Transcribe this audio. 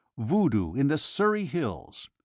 voodoo in the surrey hills!